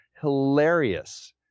hilarious